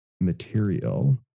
material